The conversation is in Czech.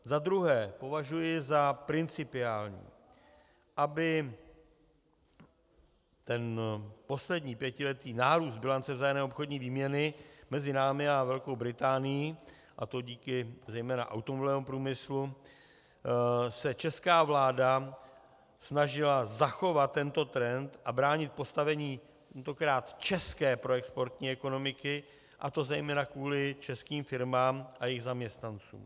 Za druhé považuji za principiální, aby ten poslední pětiletý nárůst bilance vzájemné obchodní výměny mezi námi a Velkou Británií, a to díky zejména automobilovému průmyslu, se česká vláda snažila zachovat tento trend a bránit postavení tentokrát české proexportní ekonomiky, a to zejména kvůli českým firmám a jejich zaměstnancům.